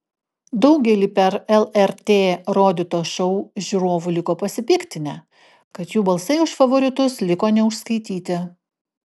daugelį per lrt rodyto šou žiūrovų liko pasipiktinę kad jų balsai už favoritus liko neužskaityti